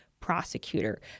prosecutor